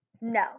No